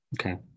okay